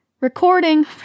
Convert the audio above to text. recording